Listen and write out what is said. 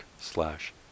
slash